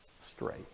straight